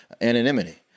anonymity